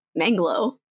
Manglo